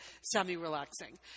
semi-relaxing